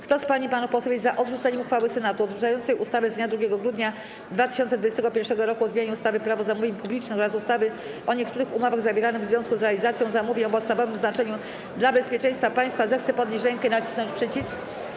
Kto z pań i panów posłów jest za odrzuceniem uchwały Senatu odrzucającej ustawę z dnia 2 grudnia 2021 r. o zmianie ustawy - Prawo zamówień publicznych oraz ustawy o niektórych umowach zawieranych w związku z realizacją zamówień o podstawowym znaczeniu dla bezpieczeństwa państwa, zechce podnieść rękę i nacisnąć przycisk.